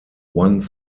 one